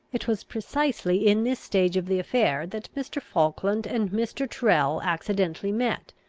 it was precisely in this stage of the affair, that mr. falkland and mr. tyrrel accidentally met,